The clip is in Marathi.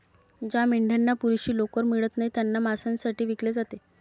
ज्या मेंढ्यांना पुरेशी लोकर मिळत नाही त्यांना मांसासाठी विकले जाते